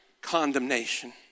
condemnation